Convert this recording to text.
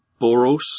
Boros